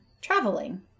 traveling